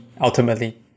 ultimately